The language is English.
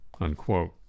Unquote